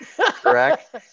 correct